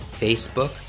Facebook